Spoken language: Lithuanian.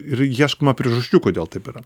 ir ieškoma priežasčių kodėl taip yra